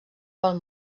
pel